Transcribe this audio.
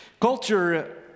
Culture